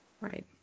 Right